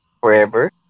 forever